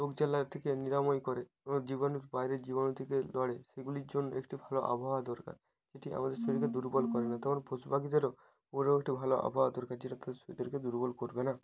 রোগ জ্বালা থেকে নিরাময় করে রোগ জীবাণু বাইরের জীবাণু থেকে লড়ে সেগুলির জন্য একটি ভালো আবহাওয়া দরকার যেটি আমাদের শরীরকে দুর্বল করে না ধরো পশু পাখিদেরও ওরাও একটু ভালো আবহাওয়া দরকার যেটাকে দুর্বল করবে না